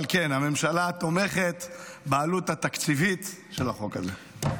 אבל כן, הממשלה תומכת בעלות התקציבית של החוק הזה.